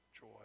joy